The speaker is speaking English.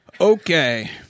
Okay